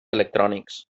electrònics